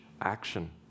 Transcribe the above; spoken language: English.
action